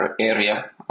area